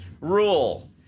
rule